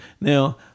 Now